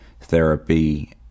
therapy